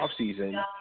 offseason